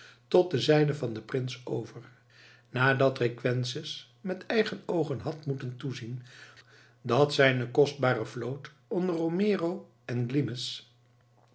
tot de zijde van den prins over nadat requesens met eigen oogen had moeten toezien dat zijne kostbare vloot onder romero en glimes